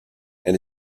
and